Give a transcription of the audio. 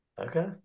okay